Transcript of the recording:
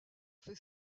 fait